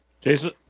jason